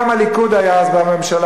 גם הליכוד היה אז בממשלה,